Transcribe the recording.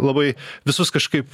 labai visus kažkaip